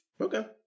Okay